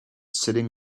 sitting